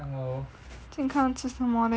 健康吃什么 leh